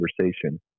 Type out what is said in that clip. conversation